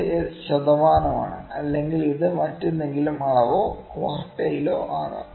ഇത് ശതമാനമാണ് അല്ലെങ്കിൽ ഇത് മറ്റേതെങ്കിലും അളവോ ക്വാർട്ടൈലോ ആകാം